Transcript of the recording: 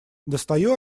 достаю